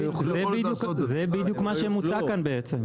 זה בדיוק מה שמוצע כאן בעצם.